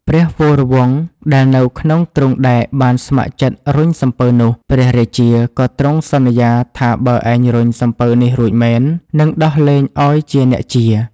ព្រះវរវង្សដែលនៅក្នុងទ្រុងដែកបានស្ម័គ្រចិត្តរុញសំពៅនោះ ព្រះរាជាក៏ទ្រង់សន្យាថាបើឯងរុញសំពៅនេះរួចមែន នឹងដោះលែងឲ្យជាអ្នកជា.